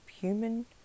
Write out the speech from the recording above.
human